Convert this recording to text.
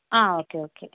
ആ okay okay